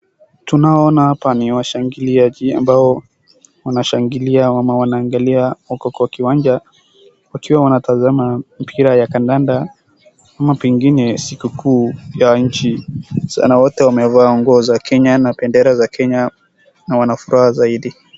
Wanashangilia kwa uwanja ambao wanatazama mchezo wa kandanda . Wote wamevaa nguo za bendera ya Kenya na wana furaha zaidi.